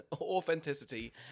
authenticity